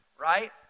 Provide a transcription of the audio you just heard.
right